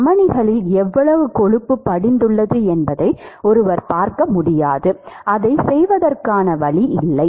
தமனிகளில் எவ்வளவு கொழுப்பு படிந்துள்ளது என்பதை ஒருவர் பார்க்க முடியாது அதைச் செய்வதற்கான வழி இல்லை